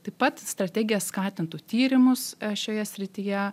taip pat strategija skatintų tyrimus šioje srityje